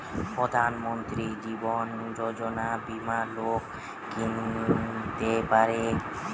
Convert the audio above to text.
প্রধান মন্ত্রী জীবন যোজনা বীমা লোক কিনতে পারে